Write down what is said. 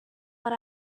but